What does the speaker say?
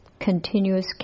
continuous